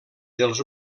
dels